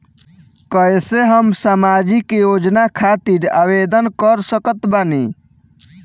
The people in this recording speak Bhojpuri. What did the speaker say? कैसे हम सामाजिक योजना खातिर आवेदन कर सकत बानी?